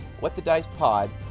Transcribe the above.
whatthedicepod